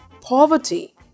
poverty